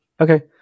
Okay